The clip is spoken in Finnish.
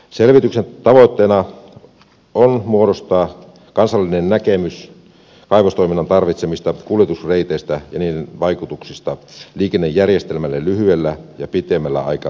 selvityksen tavoitteena on muodostaa kansallinen näkemys kaivostoiminnan tarvitsemista kuljetusreiteistä ja niiden vaikutuksista liikennejärjestelmään lyhyellä ja pitemmällä aikajänteellä